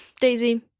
Daisy